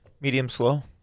Medium-slow